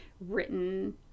written